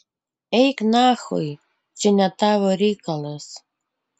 eik nachui čia ne tavo reikalas